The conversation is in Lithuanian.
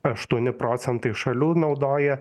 aštuoni procentai šalių naudoja